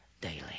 daily